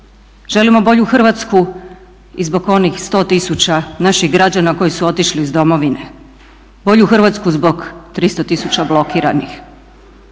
Želimo bolju Hrvatsku i zbog onih 100 tisuća naših građana koji su otišli iz domovine, bolju Hrvatsku zbog 300 tisuća blokiranih,